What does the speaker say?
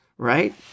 Right